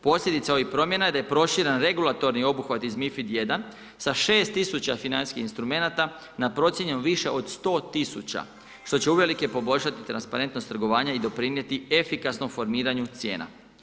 Posljedica ovih promjena je da je prošireni regulatorni iz MiFID I sa 6 tisuća financijskih instrumenata na procjenjenu više od 100 tisuća što će uvelike poboljšati transparentnost trgovanja i doprinijeti efikasnom formiranju cijena.